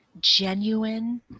genuine